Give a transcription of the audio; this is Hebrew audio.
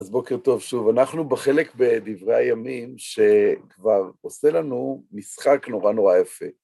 אז בוקר טוב שוב, אנחנו בחלק בדברי הימים שכבר עושה לנו משחק נורא נורא יפה.